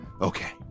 Okay